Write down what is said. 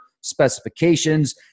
specifications